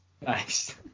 Nice